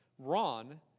Ron